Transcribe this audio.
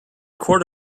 quart